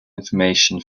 information